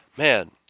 man